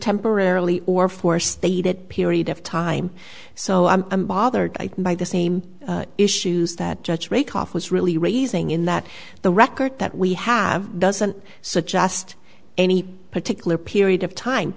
temporarily or for state it period of time so i'm bothered by the same issues that judge rieckhoff was really raising in that the record that we have doesn't suggest any particular period of time